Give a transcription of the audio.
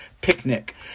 picnic